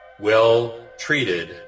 well-treated